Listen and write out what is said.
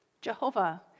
Jehovah